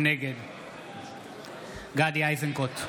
נגד גדי איזנקוט,